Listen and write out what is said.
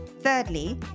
Thirdly